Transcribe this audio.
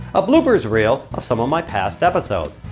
a bloopers reel of some of my past episodes.